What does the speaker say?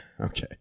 Okay